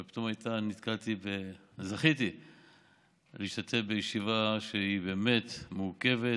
אבל פתאום זכיתי להשתתף בישיבה שבאמת מורכבת